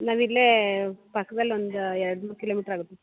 ನಾವು ಇಲ್ಲೇ ಪಕ್ದಲ್ಲಿ ಒಂದು ಎರಡು ಮೂರು ಕಿಲೋಮೀಟ್ರ್ ಆಗುತ್ತೆ ಸರ್